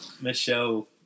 Michelle